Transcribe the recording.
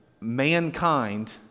mankind